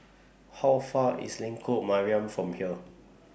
How Far IS Lengkok Mariam from here